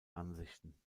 ansichten